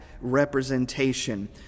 representation